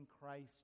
Christ